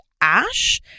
Ash